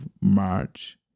March